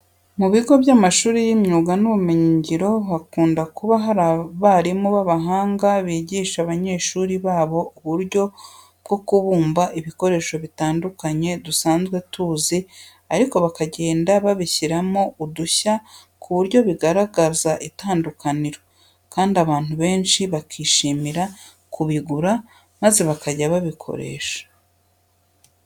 Mu bigo by'amashuri y'imyuga n'ubumenyingiro hakunda kuba hari abarimu b'abahanga bigisha abanyeshuri babo uburyo bwo kubumba ibikoresho bitandukanye dusanzwe tuzi ariko bakagenda babishyiraho udushya ku buryo bigaragaza itandukaniro kandi abantu benshi bakishimira kubigura maze bakajya kubikoresha.